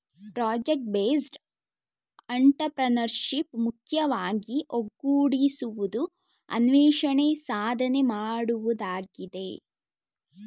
project based entrepreneurship ಮುಖ್ಯವಾಗಿ ಒಗ್ಗೂಡಿಸುವುದು, ಅನ್ವೇಷಣೆ, ಸಾಧನೆ ಮಾಡುವುದಾಗಿದೆ